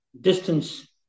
distance